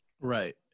Right